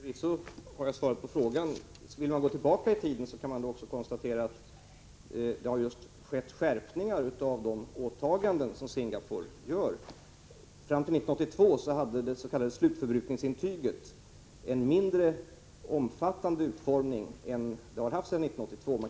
Herr talman! Förvisso har jag svarat på frågan. Vill man gå tillbaka i tiden kan man konstatera att det har skett skärpningar av de åtaganden som Singapore gör. Fram till 1982 hade det s.k. slutförbrukningsintyget en mindre omfattande utformning än det har haft sedan 1982.